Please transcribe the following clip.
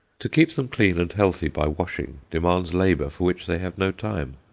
to keep them clean and healthy by washing demands labour for which they have no time.